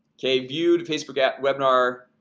ok viewed facebook at webinar